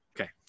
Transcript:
okay